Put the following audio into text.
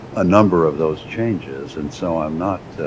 a number of those changes and so i'm not